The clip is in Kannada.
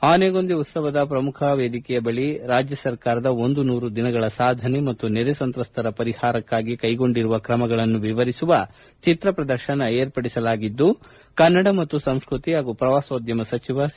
ಆನೆಗೊಂದಿ ಉತ್ಖವದ ಪ್ರಮುಖ ವೇದಿಕೆಯ ಬಳಿ ರಾಜ್ಯ ಸರ್ಕಾರದ ಒಂದು ನೂರು ದಿನಗಳ ಸಾಧನೆ ಮತ್ತು ನೆರೆ ಸಂತ್ರಸ್ತರ ಪರಿಹಾರಕ್ಕಾಗಿ ಕೈಗೊಂಡಿರುವ ಕ್ರಮಗಳನ್ನು ವಿವರಿಸುವ ಚಿತ್ರ ಪ್ರದರ್ಶನವನ್ನು ಏರ್ಪಡಿಸಲಾಗಿದ್ದು ಕನ್ನಡ ಮತ್ತು ಸಂಸ್ಕತಿ ಹಾಗೂ ಪ್ರವಾಸೋದ್ಯಮ ಸಚಿವ ಸಿ